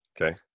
Okay